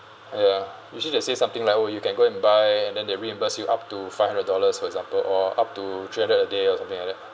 ya usually they say something like oh you can go and buy and then they reimburse you up to five hundred dollars for example or up to three hundred a day or something like that